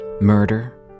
murder